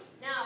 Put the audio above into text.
Now